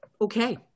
Okay